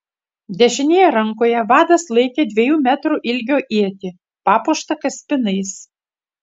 dešinėje rankoje vadas laikė dviejų metrų ilgio ietį papuoštą kaspinais